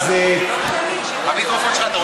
אז, המיקרופון שלך.